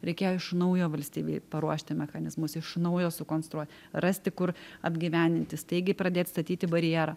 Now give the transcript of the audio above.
reikėjo iš naujo valstybei paruošti mechanizmus iš naujo sukonstruot rasti kur apgyvendinti staigiai pradėt statyti barjerą